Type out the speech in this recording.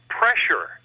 pressure